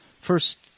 first